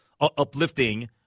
uplifting